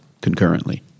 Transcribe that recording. concurrently